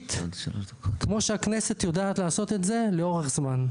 יסודית כמו שהכנסת יודעת לעשות את זה, לאורך זמן.